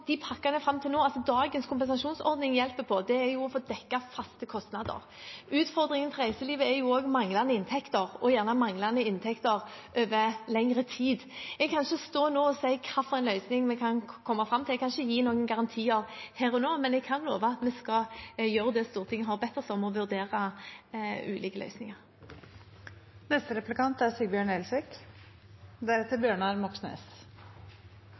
pakkene fram til nå, altså dagens kompensasjonsordning, hjelper på, er å få dekket faste kostnader. Utfordringen til reiselivet er jo også manglende inntekter, gjerne over lengre tid. Jeg kan ikke stå her nå og si hvilken løsning vi kan komme fram til, jeg kan ikke gi noen garantier her og nå, men jeg kan love at vi skal gjøre det Stortinget har bedt oss om: å vurdere ulike løsninger. Statsråden omtalte det vi nå går inn med, som nødhjelp for bedriftene. Og det er